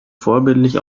vorbildlich